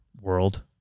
World